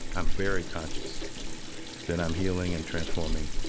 i'm very conscious that i'm healing, and transforming,